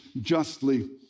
justly